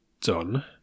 done